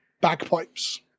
bagpipes